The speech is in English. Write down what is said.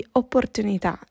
opportunità